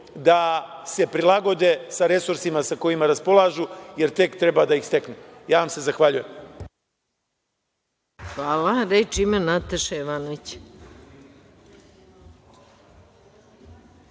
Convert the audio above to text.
da se prilagode sa resursima sa kojima raspolažu, jer tek treba da ih steknu. Ja vam se zahvaljujem. **Maja Gojković** Hvala. Reč ima Nataša Jovanović.